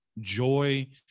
joy